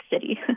city